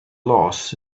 loss